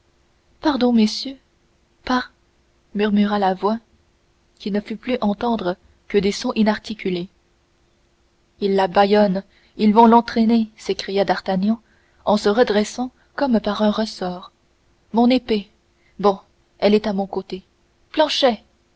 pardon messieurs par murmura la voix qui ne fit plus entendre que des sons inarticulés ils la bâillonnent ils vont l'entraîner s'écria d'artagnan en se redressant comme par un ressort mon épée bon elle est à mon côté planchet